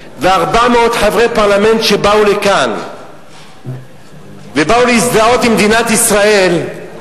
ו-400 חברי פרלמנט שבאו לכאן ובאו להזדהות עם מדינת ישראל,